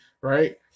right